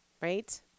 right